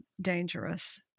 dangerous